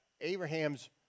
Abraham's